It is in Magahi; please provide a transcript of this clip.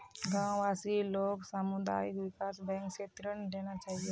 गांव वासि लाक सामुदायिक विकास बैंक स ऋण लेना चाहिए